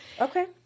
Okay